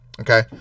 okay